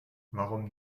warum